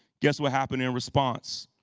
guess what happened in response?